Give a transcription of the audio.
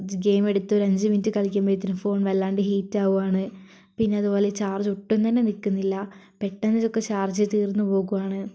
game എടുത്ത് ഒരു അഞ്ച് മിനിറ്റ് കളിക്കുമ്പോഴേക്കിനും ഫോണ് വല്ലാണ്ട് ഹീറ്റ് ആവുകയാണ് പിന്നെ അതു പോലെ ചാർജ് ഒട്ടും തന്നെ നിൽക്കുന്നില്ല പെട്ടെന്ന് ഒക്കെ ചാർജ് തീർന്നു പോകുകയാണ്